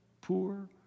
poor